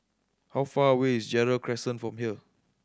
how far away is Gerald Crescent from here